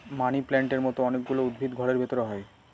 মানি প্লান্টের মতো অনেক গুলো উদ্ভিদ ঘরের ভেতরে হয়